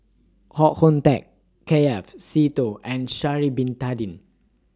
Koh Hoon Teck K F Seetoh and Sha'Ari Bin Tadin